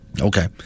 Okay